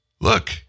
Look